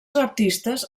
artistes